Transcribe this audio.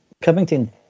Covington